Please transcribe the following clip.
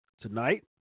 tonight